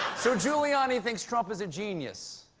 so, giuliani thinks trump is a genius,